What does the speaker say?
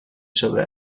شده